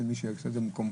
אין מי שיעשה את זה במקומך,